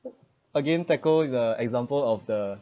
again tackled is a example of the